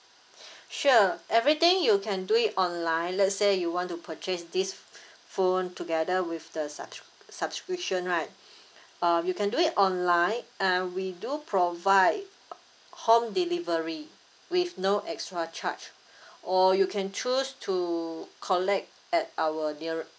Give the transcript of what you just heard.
sure everything you can do it online let's say you want to purchase this phone together with the such subscription right um you can do it online and we do provide home delivery with no extra charge or you can choose to collect at our neare~